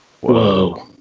Whoa